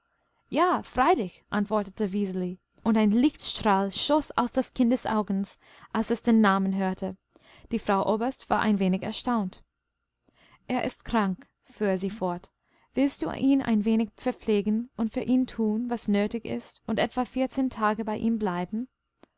ja freilich antwortete wiseli und ein lichtstrahl schoß aus des kindes augen als es den namen hörte die frau oberst war ein wenig erstaunt er ist krank fuhr sie fort willst du ihn ein wenig verpflegen und für ihn tun was nötig ist und etwa vierzehn tage bei ihm bleiben